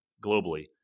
globally